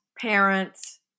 parents